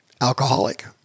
alcoholic